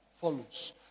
follows